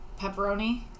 Pepperoni